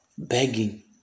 begging